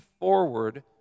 forward